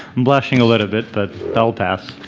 blushing a little bit but, that'll pass.